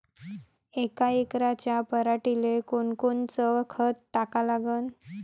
यका एकराच्या पराटीले कोनकोनचं खत टाका लागन?